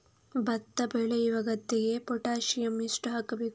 ಭತ್ತ ಬೆಳೆಯುವ ಗದ್ದೆಗೆ ಪೊಟ್ಯಾಸಿಯಂ ಎಷ್ಟು ಹಾಕಬೇಕು?